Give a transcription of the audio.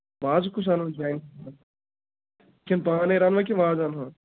وازٕ کُس اَنون کِنہٕ پانَے رَنوا کِنہٕ وازٕ اَنہون